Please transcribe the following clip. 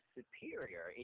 superior